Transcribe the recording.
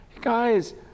Guys